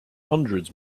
hundreds